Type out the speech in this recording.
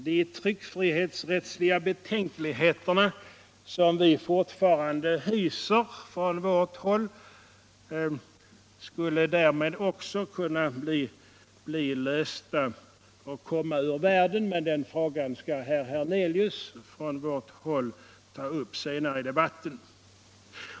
De tryckfrihetsrättsliga betänkligheter som vi fortfarande hyser skulle därmed också kunna komma ur världen. Men den frågan skall herr Hernelius från vårt håll ta upp senare i debatten.